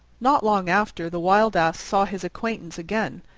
not long after the wild ass saw his acquaintance again,